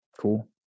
Cool